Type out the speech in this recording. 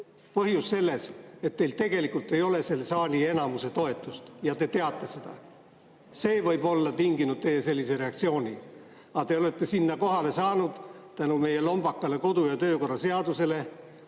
põhjus selles, et teil tegelikult ei ole selle saali enamuse toetust ja te teate seda. See võib olla tinginud teie sellise reaktsiooni. Aga te olete sinna kohale saanud tänu meie lombakale kodu‑ ja töökorra seadusele,